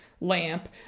lamp